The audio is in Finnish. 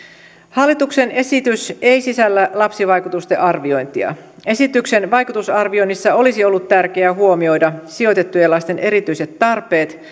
hallituksen esitys ei sisällä lapsivaikutusten arviointia esityksen vaikutusarvioinnissa olisi ollut tärkeää huomioida sijoitettujen lasten erityiset tarpeet